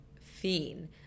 fiend